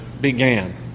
began